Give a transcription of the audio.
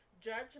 Judge